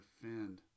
defend